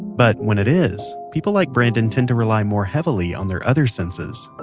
but when it is, people like brandon tend to rely more heavily on their other senses